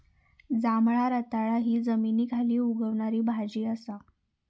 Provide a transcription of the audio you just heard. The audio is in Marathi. जांभळा रताळा हि जमनीखाली उगवणारी भाजी असा